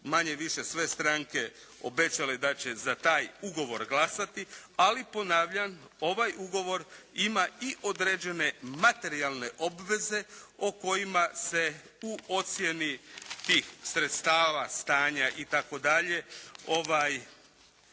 manje-više sve stranke obećale da će za taj ugovor glasati. Ali ponavljam, ovaj ugovor ima i određene materijalne obveze o kojima se u ocjenu tih sredstava stanja itd.